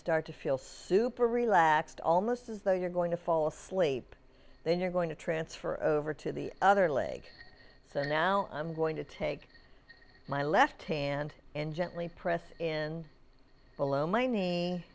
start to feel super relaxed almost as though you're going to fall asleep then you're going to transfer over to the other leg so now i'm going to take my left hand and gently press in below my knee